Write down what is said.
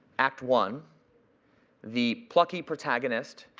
act one the plucky protagonist,